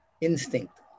instinct